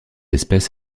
espèce